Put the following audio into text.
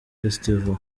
festival